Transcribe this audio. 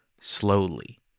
Slowly